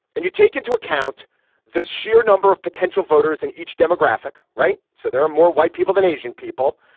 and you take into account the sheer number of potential voters in each demographic. right. so there are more white people than asian people.